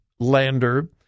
Lander